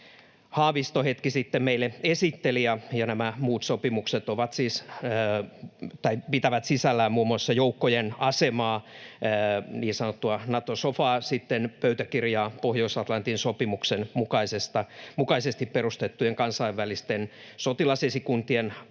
Haavisto hetki sitten meille esitteli, ja nämä muut sopimukset pitävät sisällään muun muassa joukkojen asemaa, niin sanottua Nato-sofaa, sitten siellä on pöytäkirja Pohjois-Atlantin sopimuksen mukaisesti perustettujen kansainvälisten sotilasesikuntien asemasta